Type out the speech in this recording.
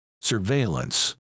surveillance